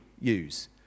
use